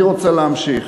אני רוצה להמשיך.